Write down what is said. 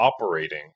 operating